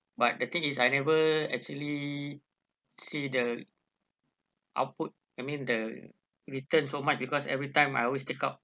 but the thing is I never actually see the output I mean the return so much because every time I always take out